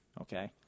Okay